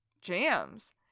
Jams